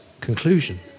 conclusion